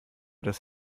des